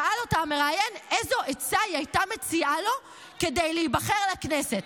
שאל אותה המראיין איזו עצה היא הייתה מציעה לו כדי להיבחר לכנסת.